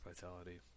Vitality